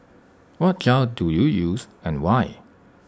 what gel do you use and why